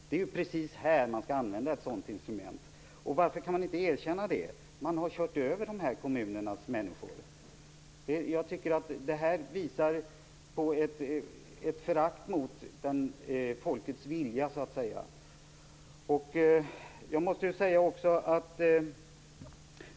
Det är ju just i ett sådant här fall man skall använda ett sådant instrument. Varför kan man inte erkänna det? Man har kört över de här kommunernas människor. Jag tycker att detta visar på ett förakt för folkets vilja.